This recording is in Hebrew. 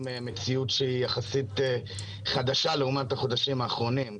מציאות שהיא יחסית חדשה לעומת החודשים האחרונים.